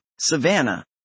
Savannah